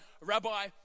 rabbi